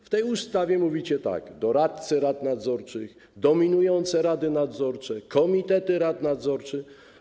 W tej ustawie mówicie tak: doradcy rad nadzorczych, dominujące rady nadzorcze, komitety rad nadzorczych.